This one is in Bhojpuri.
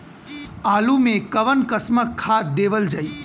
आलू मे कऊन कसमक खाद देवल जाई?